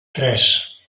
tres